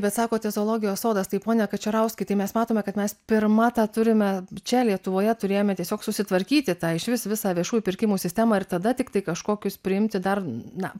bet sakote zoologijos sodas tai pone kačerauskai tai mes matome kad mes pirma tą turime čia lietuvoje turėjome tiesiog susitvarkyti tą išvis visą viešųjų pirkimų sistemą ir tada tiktai kažkokius priimti dar na